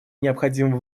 необходимо